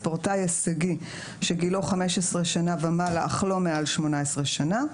ספורטאי הישגי שגילו 15 שנה ומעלה אך לא מעל 18 שנה,